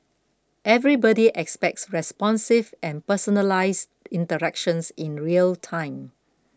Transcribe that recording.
everybody expects responsive and personalised interactions in real time